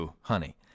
honey